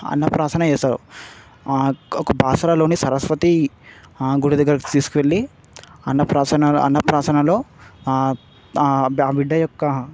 అన్నప్రాసన చేస్తారు ఒక భాషలలోని సరస్వతి గుడి దగ్గరికి తీసుకెళ్ళి అన్నప్రాసన అన్నప్రాసనలో ఆ బిడ్డ యొక్క